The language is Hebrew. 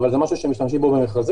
אבל זה משהו שמשתמשים בו במכרזים,